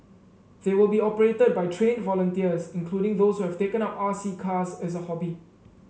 they will be operated by trained volunteers including those who have taken up R C cars as a hobby